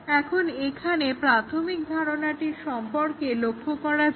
এখন এখানে প্রাথমিক ধারণাটির সম্পর্কে লক্ষ্য করা যাক